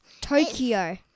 Tokyo